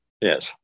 yes